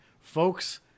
Folks